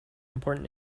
important